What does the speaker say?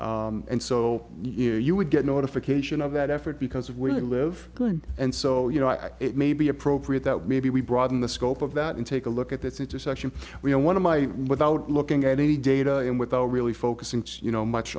fall and so you would get notification of that effort because of where they live going and so you know it may be appropriate that maybe we broaden the scope of that and take a look at this intersection where one of my own without looking at any data and without really focusing you know much